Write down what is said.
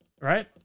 Right